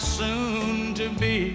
soon-to-be